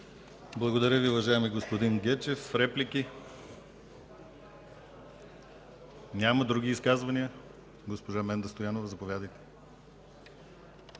Благодаря Ви, уважаеми господин Гечев. Реплики? Няма. Други изказвания? Госпожа Менда Стоянова, заповядайте.